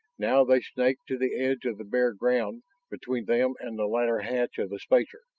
now they snaked to the edge of the bare ground between them and the ladder hatch of the spacer.